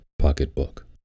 pocketbook